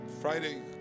Friday